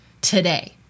today